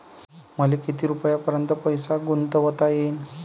मले किती रुपयापर्यंत पैसा गुंतवता येईन?